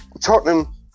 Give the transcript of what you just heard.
Tottenham